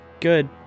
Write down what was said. good